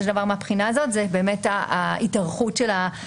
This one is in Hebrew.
של דבר מהבחינה הזאת זאת התארכות התקופה.